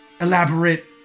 elaborate